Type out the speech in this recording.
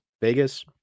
Vegas